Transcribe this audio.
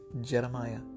Jeremiah